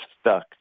stuck